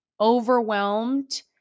overwhelmed